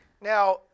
Now